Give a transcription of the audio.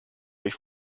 was